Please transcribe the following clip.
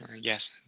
Yes